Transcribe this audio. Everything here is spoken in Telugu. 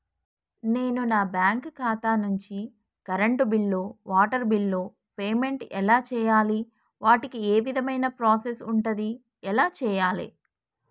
నేను నా బ్యాంకు ఖాతా నుంచి కరెంట్ బిల్లో వాటర్ బిల్లో పేమెంట్ ఎలా చేయాలి? వాటికి ఏ విధమైన ప్రాసెస్ ఉంటది? ఎలా చేయాలే?